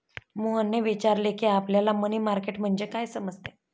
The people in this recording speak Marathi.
मोहनने विचारले की, आपल्याला मनी मार्केट म्हणजे काय समजते?